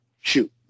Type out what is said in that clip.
shoot